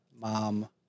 mom